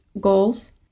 goals